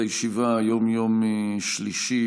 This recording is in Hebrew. יום שלישי,